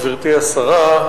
גברתי השרה,